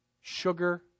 sugar